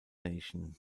nation